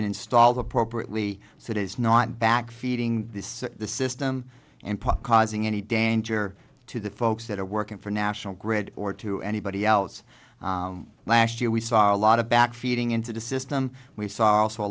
been installed appropriately so it is not back feeding this system and pop causing any danger to the folks that are working for national grid or to anybody else last year we saw a lot of back feeding into the system we saw also a